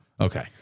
Okay